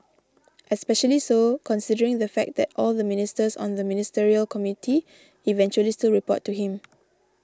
especially so considering the fact that all the ministers on the ministerial committee eventually still report to him